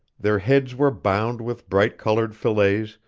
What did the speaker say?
their heads were bound with bright-colored fillets,